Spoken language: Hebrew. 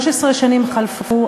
13 שנים חלפו,